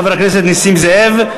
חבר הכנסת נסים זאב,